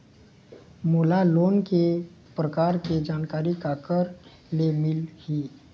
मोला लोन के प्रकार के जानकारी काकर ले मिल ही?